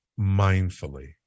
mindfully